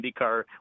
IndyCar